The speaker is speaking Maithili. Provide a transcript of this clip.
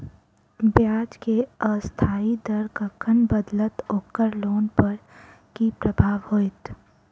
ब्याज केँ अस्थायी दर कखन बदलत ओकर लोन पर की प्रभाव होइत?